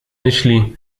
myśli